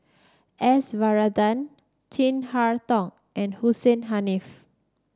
S Varathan Chin Harn Tong and Hussein Haniff